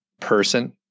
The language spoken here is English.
person